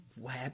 web